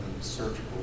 surgical